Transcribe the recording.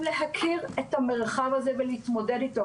להכיר את המרחב הזה ולהתמודד איתו,